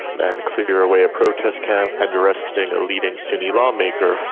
and clear away a protest camp and arresting a leading sunni law maker.